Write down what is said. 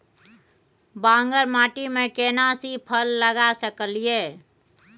बांगर माटी में केना सी फल लगा सकलिए?